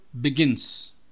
Begins